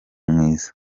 mwiza